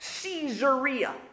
Caesarea